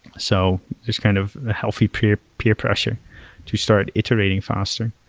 so just kind of the healthy peer peer pressure to start iterating faster.